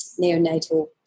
neonatal